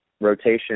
rotation